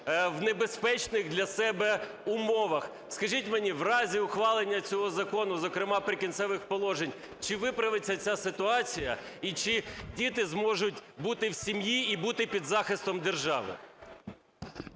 в небезпечних для себе умовах. Скажіть мені, в разі ухвалення цього закону, зокрема "Прикінцевих положень", чи виправиться ця ситуація, і чи діти зможуть бути в сім'ї, і бути під захистом держави?